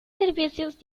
servicios